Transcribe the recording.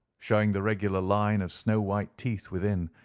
showing the regular line of snow-white teeth within,